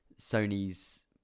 sony's